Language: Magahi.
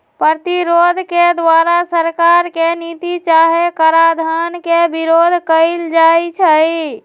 प्रतिरोध के द्वारा सरकार के नीति चाहे कराधान के विरोध कएल जाइ छइ